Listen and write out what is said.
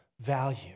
value